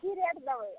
की rate देबै